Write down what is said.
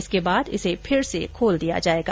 इसके बाद मंदिर फिर से खोल दिया जाएगा